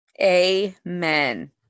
Amen